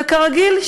וכרגיל,